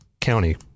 county